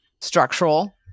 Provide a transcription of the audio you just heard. structural